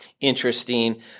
interesting